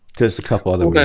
there's a couple others.